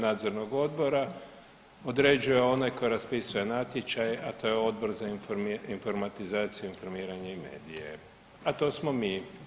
Nadzornog odbora određuje onaj tko raspisuje natječaj, a to je Odbor za informiranje, informatizaciju i medije, a to smo mi.